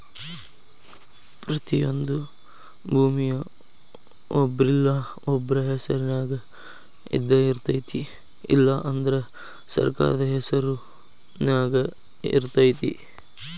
ಪ್ರತಿಯೊಂದು ಭೂಮಿಯ ಒಬ್ರಿಲ್ಲಾ ಒಬ್ರ ಹೆಸರಿನ್ಯಾಗ ಇದ್ದಯಿರ್ತೈತಿ ಇಲ್ಲಾ ಅಂದ್ರ ಸರ್ಕಾರದ ಹೆಸರು ನ್ಯಾಗ ಇರ್ತೈತಿ